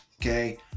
okay